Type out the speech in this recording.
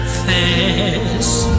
face